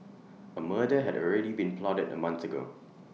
A murder had already been plotted A month ago